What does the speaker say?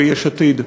ביש עתיד.